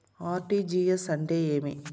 RTGS అంటే ఏమి?